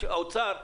גם משרד האוצר,